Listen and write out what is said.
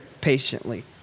patiently